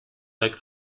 like